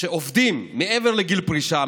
שעובדים מעבר לגיל פרישה,